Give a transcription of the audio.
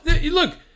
Look